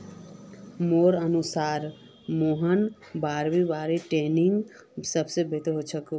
मोर अनुसार बारह महिना वाला ट्रेनिंग सबस बेहतर छ